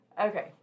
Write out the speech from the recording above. Okay